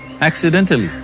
Accidentally